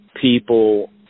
people